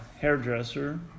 hairdresser